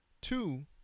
Two